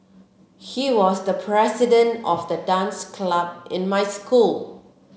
he was the president of the dance club in my school